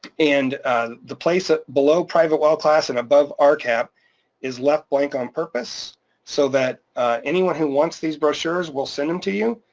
and the place below private well class and above um rcap is left blank on purpose so that anyone who wants these brochures we'll send them to you